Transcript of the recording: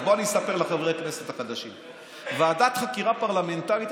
אז בוא אני אספר לחברי הכנסת החדשים: ועדת חקירה פרלמנטרית,